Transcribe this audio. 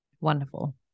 Wonderful